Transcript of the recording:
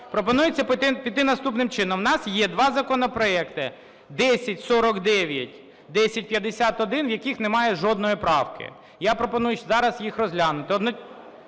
Пропонується піти наступним чином. В нас є два законопроекти 1049, 1051, в яких немає жодної правки. Я пропоную зараз їх розглянути.